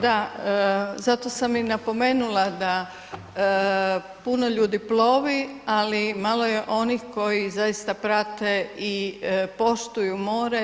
Da, zato sam i napomenula da puno ljudi plovi, ali malo je onih koji zaista prate i poštuju more.